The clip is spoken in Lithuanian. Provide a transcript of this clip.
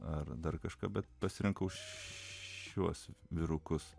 ar dar kažką bet pasirinkau šiuos vyrukus